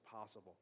possible